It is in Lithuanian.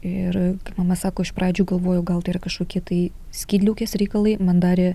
ir mama sako iš pradžių galvojau gal tai yra kažkokie tai skydliaukės reikalai man darė